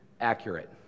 accurate